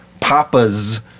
Papa's